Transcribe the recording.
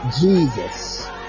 Jesus